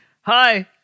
Hi